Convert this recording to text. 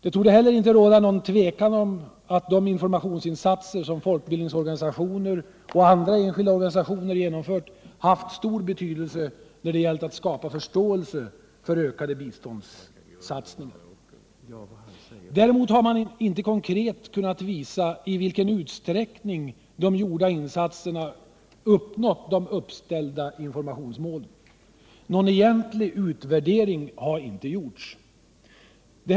Det torde inte heller råda något tvivel om att de informationsinsatser som folkbildningsorganisationer och andra enskilda organisationer genomfört haft stor betydelse när det gällt att skapa förståelse för ökade biståndssatsningar. Däremot har man inte konkret kunnat visa i vilken utsträckning de gjorda insatserna uppnått de uppställda informationsmålen. Någon egentlig utvärdering har inte gjorts.